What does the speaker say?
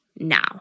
now